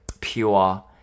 pure